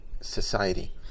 Society